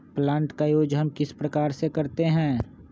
Plant का use हम किस प्रकार से करते हैं?